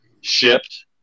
shipped